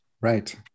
Right